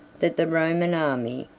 that the roman army,